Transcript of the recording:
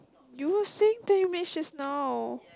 you say twenty minutes just now